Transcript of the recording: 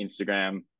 Instagram